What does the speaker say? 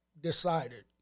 decided